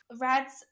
red's